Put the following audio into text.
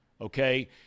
okay